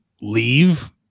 leave